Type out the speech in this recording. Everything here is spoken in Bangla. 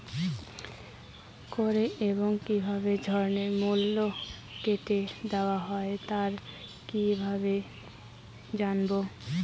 কবে এবং কিভাবে ঋণের মূল্য কেটে নেওয়া হয় তা কিভাবে জানবো?